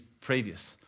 previous